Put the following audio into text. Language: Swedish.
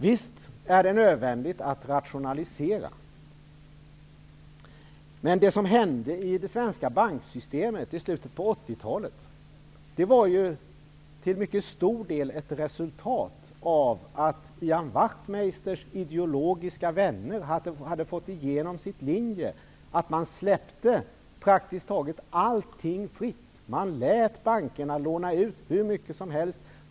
Visst är det nödvändigt att rationalisera. Men det som hände i det svenska banksystemet i slutet av 80-talet var till mycket stor del ett resultat av att Ian Wachtmeisters ideologiska vänner hade fått igenom sina önskemål, dvs. att släppa praktiskt taget allting fritt. Man lät bankerna låna ut hur mycket som helst.